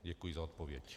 Děkuji za odpověď.